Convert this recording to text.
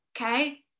Okay